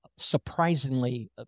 surprisingly